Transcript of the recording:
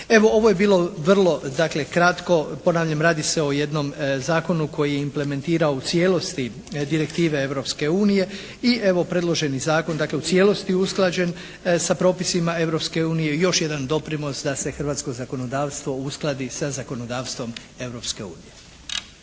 Evo, ovo je bilo vrlo dakle kratko. Ponavljam, radi se o jednom zakonu koji je implementirao u cijelosti direktive Europske unije i evo predloženi zakon dakle u cijelosti usklađen sa propisima Europske unije još jedan doprinos da se hrvatsko zakonodavstvo uskladi sa zakonodavstvom